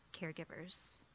caregivers